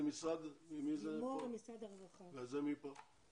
משרד הרווחה.